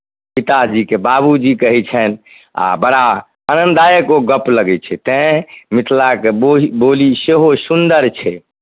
पिताजीकेँ बाबूजी कहै छनि आ बड़ा आनन्दायक ओ गप्प लगै छै तैँ मिथिलाके बोहि बोली सेहो सुन्दर छै